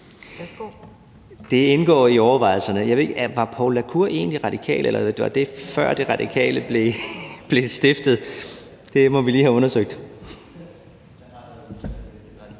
Det indgår i overvejelserne. Var Poul la Cour egentlig radikal, eller var det, før Radikale Venstre blev stiftet? Det må vi lige have undersøgt.